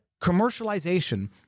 commercialization